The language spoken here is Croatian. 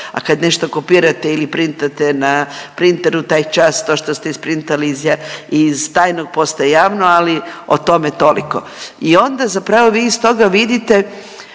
A kad nešto kopirate ili printate na printeru taj čas to što ste isprintali iz tajnog postaje javno, ali o tome toliko. I onda zapravo vi iz toga vidite